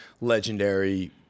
legendary